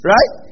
Right